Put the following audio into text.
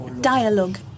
dialogue